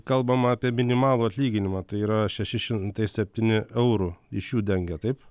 kalbama apie minimalų atlyginimą tai yra šeši šimtai septyni eurų iš jų dengia taip